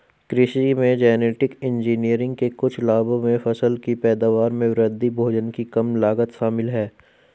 कृषि में genetic engineering के कुछ लाभों में फसल की पैदावार में वृद्धि, भोजन की कम लागत शामिल हैं